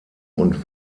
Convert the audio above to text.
und